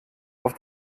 auf